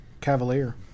Cavalier